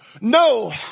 no